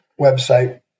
website